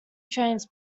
trains